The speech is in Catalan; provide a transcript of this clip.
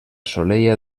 solella